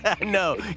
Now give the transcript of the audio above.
No